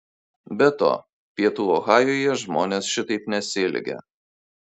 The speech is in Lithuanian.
be to pietų ohajuje žmonės šitaip nesielgia